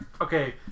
okay